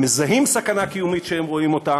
הם מזהים סכנה קיומית כשהם רואים אותה